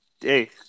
Hey